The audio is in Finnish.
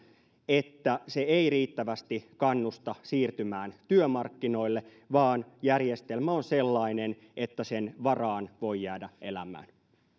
että se ei riittävästi kannusta siirtymään työmarkkinoille vaan se on sellainen että sen varaan voi jäädä elämään